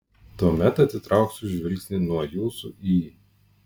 tuomet atitrauksiu žvilgsnį nuo jūsų į